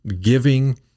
giving